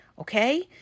okay